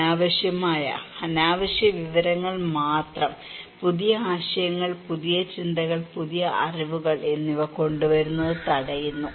അനാവശ്യമായ അനാവശ്യ വിവരങ്ങൾ മാത്രം പുതിയ ആശയങ്ങൾ പുതിയ ചിന്തകൾ പുതിയ അറിവുകൾ എന്നിവ കൊണ്ടുവരുന്നത് തടയുന്നു